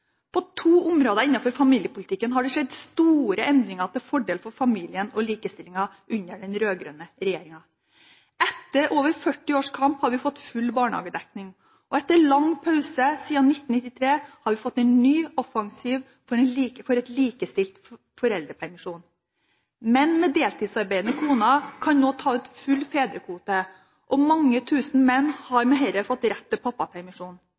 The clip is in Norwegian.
På to områder innenfor familiepolitikken har det skjedd store endringer til fordel for familien og likestillingen under den rød-grønne regjeringen. Etter over 40 års kamp har vi fått full barnehagedekning, og etter en lang pause siden 1993 har vi fått en ny offensiv for en likestilt foreldrepermisjon. Menn med deltidsarbeidende koner kan nå ta ut full fedrekvote, og mange tusen menn har med dette fått rett til pappapermisjon.